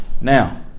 Now